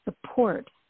support